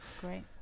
great